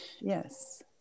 yes